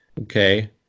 okay